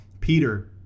Peter